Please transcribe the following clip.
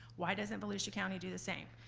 why doesn't volusia county do the same?